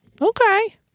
Okay